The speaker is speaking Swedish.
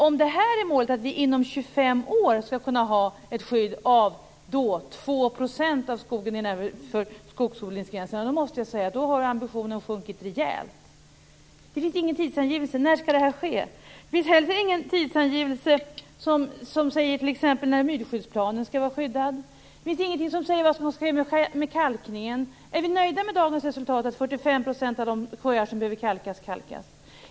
Om målet är att vi om 25 år skall ha ett skydd för 2 % av skogen innanför skogsodlingsgränsen så måste jag säga att ambitionen har sjunkit rejält. Och det finns inte någon tidsangivelse. När skall det här ske? Det finns heller ingen tidsangivelse när det gäller t.ex. myrskyddsplaner. Det finns ingenting som säger vad som skall ske med kalkningen. Är vi nöjda med dagens resultat att 45 % av de sjöar som behöver kalkas blir kalkade?